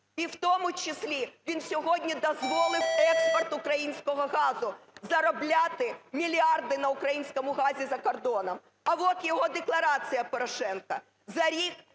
І в тому числі, він сьогодні дозволив експорт українського газу. Заробляти мільярди на українському газі за кордоном! А от його декларація, Порошенка: